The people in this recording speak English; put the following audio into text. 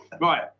right